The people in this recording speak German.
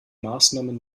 maßnahmen